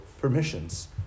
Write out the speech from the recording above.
permissions